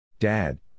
Dad